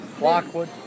Lockwood